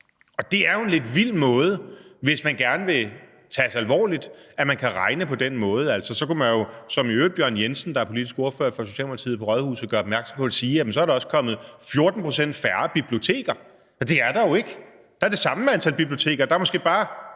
Det er jo en lidt vild måde at regne på, hvis man gerne vil tages alvorligt. Så kunne man jo, som i øvrigt Jonas Bjørn Jensen, der er politisk ordfører for Socialdemokratiet på rådhuset, gør, gøre opmærksom på og sige, at så er der også kommet 14 pct. færre biblioteker. Altså, det er der jo ikke. Der er det samme antal biblioteker; der er måske bare,